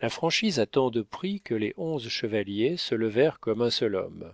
la franchise a tant de prix que les onze chevaliers se levèrent comme un seul homme